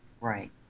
Right